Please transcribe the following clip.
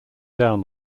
down